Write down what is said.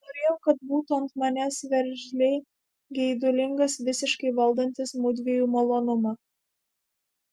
norėjau kad būtų ant manęs veržliai geidulingas visiškai valdantis mudviejų malonumą